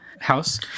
house